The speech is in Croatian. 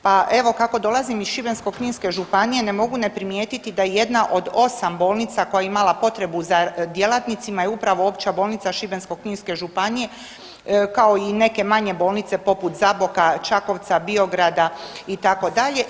Pa evo kako dolazim iz Šibensko-kninske županije ne mogu ne primijetiti da jedna od osam bolnica koja je imala potrebu za djelatnicima je upravo Opća bolnica Šibensko-kninske županije kao i neke manje bolnice poput Zaboka, Čakovca, Biograda itd.